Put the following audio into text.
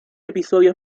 episodio